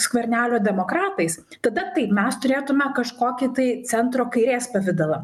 skvernelio demokratais tada kaip mes turėtume kažkokį tai centro kairės pavidalą